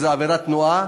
איזו עבירת תנועה,